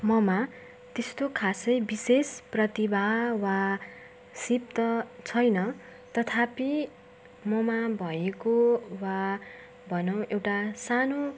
ममा त्यस्तो खासै विशेष प्रतिभा वा सिप त छैन तथापि ममा भएको वा भनौँ एउटा सानो